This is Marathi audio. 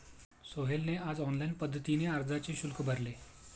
सोहेलने आज ऑनलाईन पद्धतीने अर्जाचे शुल्क भरले